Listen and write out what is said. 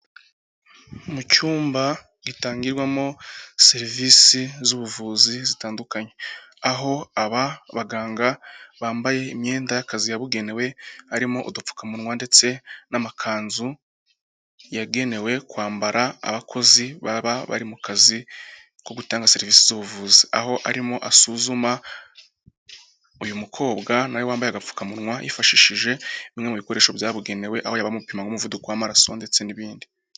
Mu cyumba gitangirwamo serivisi z'ubuvuzi zitandukanye; aho aba baganga bambaye imyenda y'akazi yabugenewe, harimo udupfukamunwa ndetse n'amakanzu, yagenewe kwambara abakozi baba bari mu kazi, ko gutanga serivisi z'ubuvuzi. Aho arimo asuzuma, uyu mukobwa na we wambaye agapfukamunwa yifashishije bimwe mu bikoresho byabugenewe, aho yaba amupima nk'umuvuko w'amaraso ndetse n'ibindi.